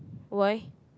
why